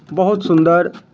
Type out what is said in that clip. बहुत सुन्दर